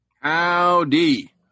howdy